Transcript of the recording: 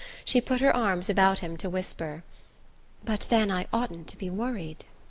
she put her arms about him to whisper but then i oughtn't to be worried.